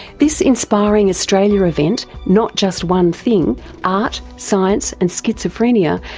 this inspiring australia event, not just one thing art, science and schizophrenia,